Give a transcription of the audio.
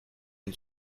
une